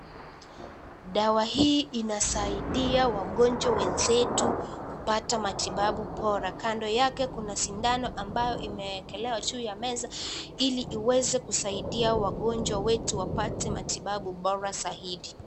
Dawa hii inasaidia wagonjwa wenzetu kupata matibabu bora. Kando yake kuna sindano ambayo imewekelewa juu ya meza Ili iweze kusaidia wagonjwa wetu wapate matibabu bora zaidi.